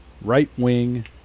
right-wing